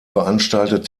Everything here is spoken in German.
veranstaltet